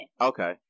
Okay